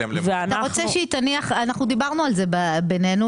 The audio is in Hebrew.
אנחנו דיברנו על זה בינינו,